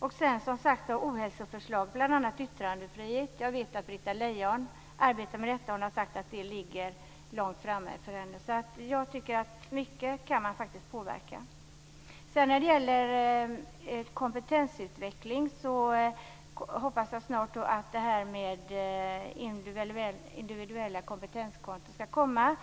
finns även fler förslag om ohälsan, bl.a. om yttrandefrihet. Jag vet att Britta Lejon arbetar med detta, och hon har sagt att det ligger långt framme för hennes del. Man kan alltså påverka mycket. När det gäller kompetensutveckling hoppas jag att de individuella kompetenskontona snart ska komma.